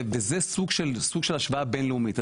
וזה סוג של השוואה בינלאומית.